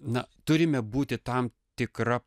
na turime būti tam tikra